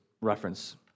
reference